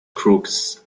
crooks